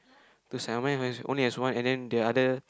two sign mine has only has one and then the other